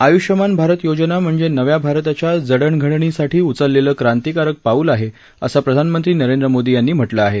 आयुष्यमान भारत योजना म्हणजे नव्या भारताच्या जडणघडणीसाठी उचलेलं क्रांतिकारक पाऊल आहे असं प्रधानमंत्री नरेंद्र मोदी यांनी म्हटलं आहे